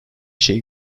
şey